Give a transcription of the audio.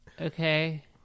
Okay